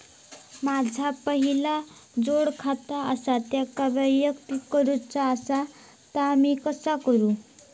माझा पहिला जोडखाता आसा त्याका वैयक्तिक करूचा असा ता मी कसा करू?